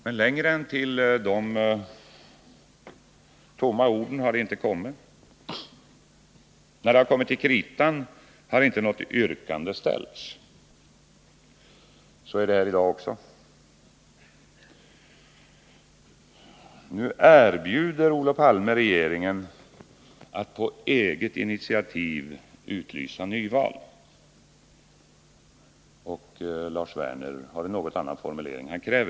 Men mer än tomma ord har det inte blivit. När det har kommit till kritan har det inte ställts något yrkande. Så är det också i dag. Nu erbjuder Olof Palme regeringen att på eget initiativ utlysa nyval. Lars Werner kräver också nyval men har en något annan formulering.